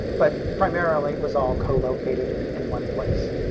but primarily, it was all collocated in and one place.